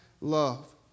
love